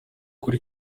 kuri